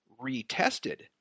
retested